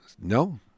No